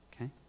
Okay